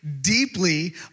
deeply